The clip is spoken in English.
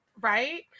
right